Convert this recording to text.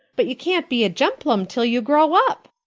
but you can't be a gemplum till you grow up.